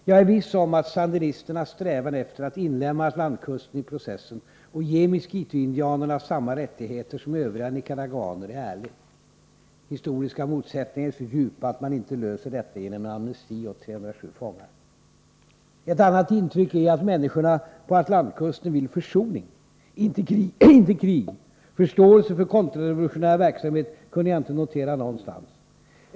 Jag är viss om att sandinisternas strävan efter att inlemma atlantkusten i ”processen” och ge miskitoindianerna samma rättigheter som övriga Nicaraguaner är ärlig. Historiska motsättningarna är så djupa att man inte löser detta genom amnesti åt 307 fångar. Ett annat intryck är att människorna på atlantkusten vill försoning, inte krig. Förståelse för kontrarevolutionär verksamhet kunde jag inte notera någonstans.